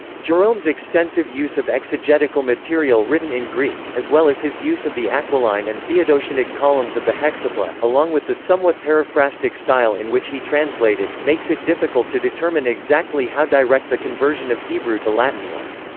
jerome's extensive use of exegetical material written in greek, as well as his use of the aquiline and theodotiontic columns of the hexapla, along with the somewhat paraphrastic style in which he translated, makes it difficult to determine exactly how direct the conversion of hebrew to latin was.